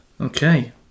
Okay